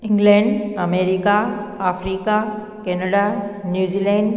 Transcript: England America Africa Canada New Zealand